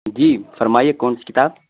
جی فرمائیے کون سی کتاب